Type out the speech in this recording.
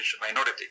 minority